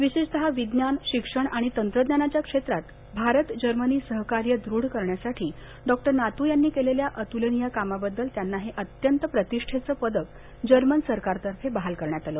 विशेषतः विज्ञान शिक्षण आणि तंत्रज्ञानाच्या क्षेत्रात भारत जर्मनी सहकार्य दृढ करण्यासाठी डॉक्टर नातू यांनी केलेल्या अतुलनीय कामाबद्दल त्यांना हे अत्यंत प्रतिष्ठेचं पदक जर्मन सरकारतर्फे बहाल करण्यात आलं